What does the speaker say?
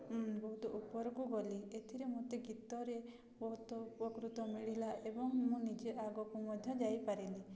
ବହୁତ ଉପରକୁ ଗଲି ଏଥିରେ ମୋତେ ଗୀତରେ ବହୁତ ଉପକୃତ ମିଳିଲା ଏବଂ ମୁଁ ନିଜେ ଆଗକୁ ମଧ୍ୟ ଯାଇପାରିଲି